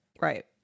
Right